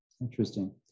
Interesting